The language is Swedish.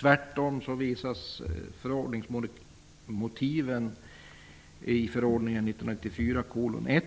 Tvärtom visar motiven i förordningen 1994:1